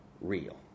real